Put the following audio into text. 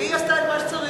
והיא עשתה את מה שצריך.